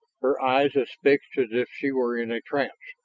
her eyes as fixed as if she were in a trance.